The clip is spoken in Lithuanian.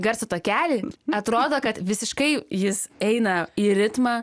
garso takelį atrodo kad visiškai jis eina į ritmą